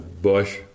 bush